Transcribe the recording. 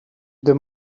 the